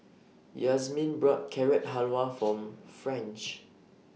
Yazmin bought Carrot Halwa For French